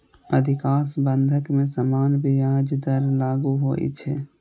अधिकांश बंधक मे सामान्य ब्याज दर लागू होइ छै